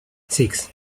six